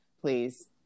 please